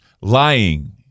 lying